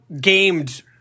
gamed